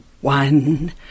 one